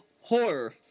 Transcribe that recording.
horror